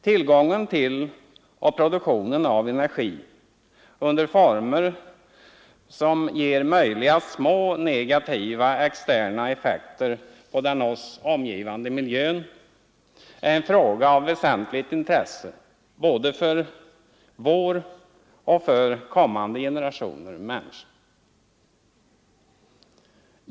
Tillgången till och produktionen av energi under former som ger minsta möjliga negativa externa effekter på den oss omgivande miljön är en fråga av väsentligt intresse för både vår och kommande generationer människor.